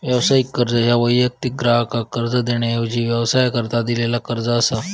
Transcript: व्यावसायिक कर्ज ह्या वैयक्तिक ग्राहकाक कर्ज देण्याऐवजी व्यवसायाकरता दिलेलो कर्ज असा